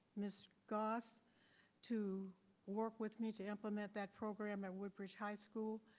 miss goss to work with me to implement that program at woodbridge high school.